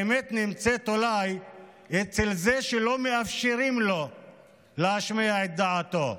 האמת נמצאת אולי אצל זה שלא מאפשרים לו להשמיע את דעתו.